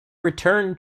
return